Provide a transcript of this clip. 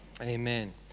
Amen